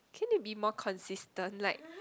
can you be more consistent like